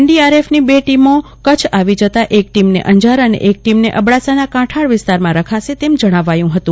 એનડીઆરએફની બે ટીમો કચ્છ આવી જતાં એક ટીમને અંજાર અને એક ટીમને અબડાસાના કાંઠાળ વિસ્તારમાં રખાશ તેમ વધુમાં જણાવ્યું હતું